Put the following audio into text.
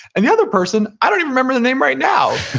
and the other person, i don't don't remember the name right now,